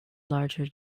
larger